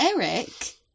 Eric